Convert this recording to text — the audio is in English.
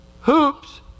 Hoops